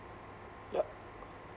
yup